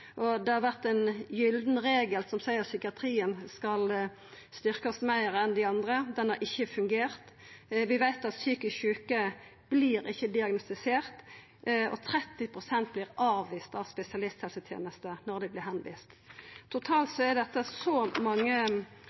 og det har vore ein gyllen regel som seier at psykiatrien skal styrkjast meir enn dei andre områda. Det har ikkje fungert. Vi veit at psykisk sjuke ikkje vert diagnostiserte, og 30 pst. vert avviste av spesialisthelsetenesta når dei vert viste dit. Totalt er det mange